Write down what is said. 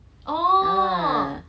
ah